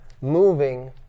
moving